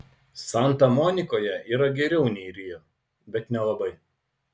santa monikoje yra geriau nei rio bet nelabai